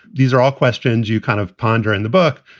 these are all questions you kind of ponder in the book.